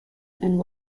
and